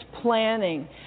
planning